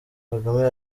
kagame